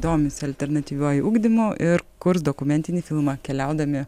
domisi alternatyviuoju ugdymu ir kurs dokumentinį filmą keliaudami